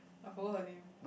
I forgot her name